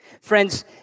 Friends